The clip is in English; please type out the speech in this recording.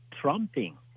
trumping